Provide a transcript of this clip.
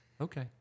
okay